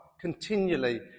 continually